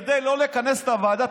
כדי לא לכנס את הוועדה,